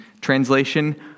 Translation